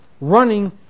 Running